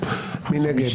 מי נגד?